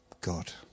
God